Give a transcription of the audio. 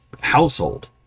household